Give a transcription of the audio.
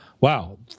wow